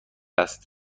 است